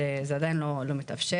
זה עדיין לא מתאפשר.